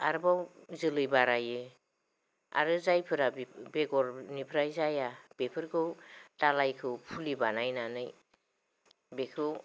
आरोबाव जोलै बारायो आरो जायफोरा बेगरनिफ्राय जाया बेफोरखौ दालाइखौ फुलि बानायनानै बेखौ